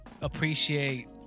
appreciate